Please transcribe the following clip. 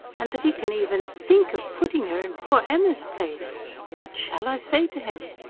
and that he can even think of putting her in poor emma's place what shall i say to him?